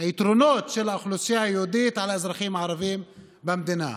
היתרונות של האוכלוסייה היהודית על האזרחים הערבים במדינה,